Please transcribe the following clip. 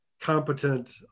competent